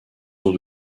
sont